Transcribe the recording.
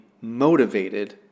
motivated